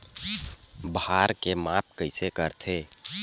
भार के माप कइसे करथे?